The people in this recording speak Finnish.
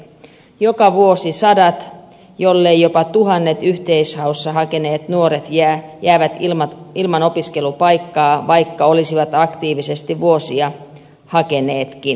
joka vuosi sadat jollei jopa tuhannet yhteishaussa hakeneet nuoret jäävät ilman opiskelupaikkaa vaikka olisivat aktiivisesti vuosia hakeneetkin